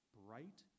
bright